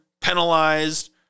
penalized